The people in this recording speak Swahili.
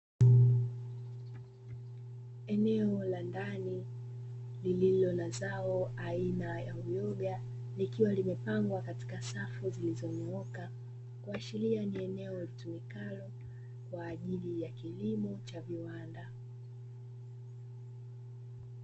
Eneo la ndani lililo na zao aina ya uyoga, likiwa limepangwa katika safu zilizonyooka kuashiria ni eneo litumikalo kwa ajili ya kilimo cha viwanda.